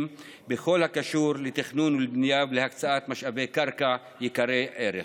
בכל הקשור לתכנון ובנייה ולהקצאת משאבי קרקע יקרי ערך.